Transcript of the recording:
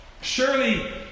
Surely